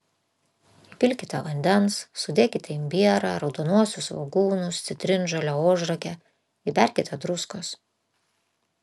įpilkite vandens sudėkite imbierą raudonuosius svogūnus citrinžolę ožragę įberkite druskos